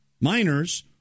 minors